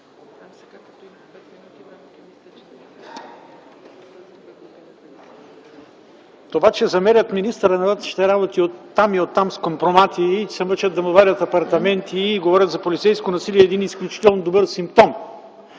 Това, че замерят министъра на вътрешните работи оттам и оттам с компромати, мъчат се да му вадят апартаменти и говорят за полицейско насилие, е един изключително добър симптом.